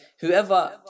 Whoever